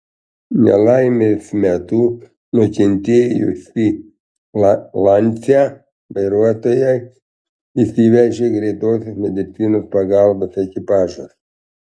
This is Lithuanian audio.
nelaimės metu nukentėjusį lancia vairuotoją išsivežė greitosios medicinos pagalbos ekipažas